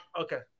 Okay